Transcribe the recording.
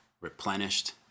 replenished